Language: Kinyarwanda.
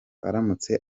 aramutse